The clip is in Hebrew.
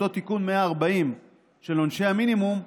אותו תיקון 140 של עונשי המינימום,